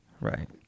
right